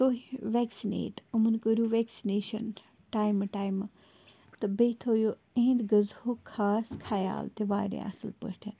تُہۍ ویٚکسِنیٹ یِمَن کٔرِو ویٚکسِنیشَن ٹایمہٕ ٹایمہٕ تہٕ بیٚیہِ تھٲیِو یہِنٛد غزہُک خاص خیال تہِ واریاہ اَصٕل پٲٹھۍ